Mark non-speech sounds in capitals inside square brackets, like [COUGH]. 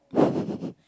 [LAUGHS]